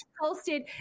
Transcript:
posted